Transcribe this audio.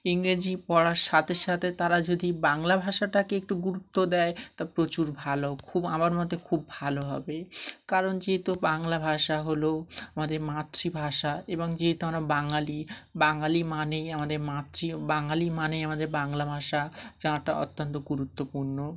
ইংরেজি পড়ার সাথে সাথে তারা যদি বাংলা ভাষাটাকে একটু গুরুত্ব দেয় তা প্রচুর ভালো খুব আমার মতে খুব ভালো হবে কারণ যেহেতু বাংলা ভাষা হলো আমাদের মাতৃভাষা এবং যেহেতু আমরা বাঙালি বাঙালি মানেই আমাদের মাতৃ বাঙালি মানেই আমাদের বাংলা ভাষা চাওয়াটা অত্যন্ত গুরুত্বপূর্ণ